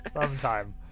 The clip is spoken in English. Sometime